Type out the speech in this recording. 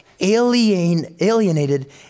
alienated